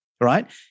right